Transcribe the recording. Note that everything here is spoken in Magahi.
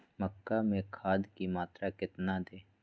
मक्का में खाद की मात्रा कितना दे?